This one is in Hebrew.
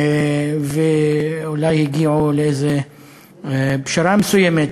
ואולי הגיעו לאיזו פשרה מסוימת,